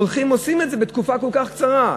הולכים ועושים אותו בתקופה כל כך קצרה?